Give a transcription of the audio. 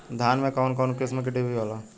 धान में कउन कउन किस्म के डिभी होला?